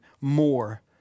more